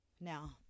Now